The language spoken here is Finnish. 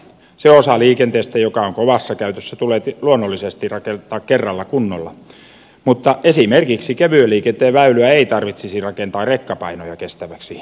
se osa liikenteestä joka on kovassa käytössä tulee luonnollisesti rakennuttaa kerralla kunnolla mutta esimerkiksi kevyen liikenteen väyliä ei tarvitsisi rakentaa rekkapainoja kestäviksi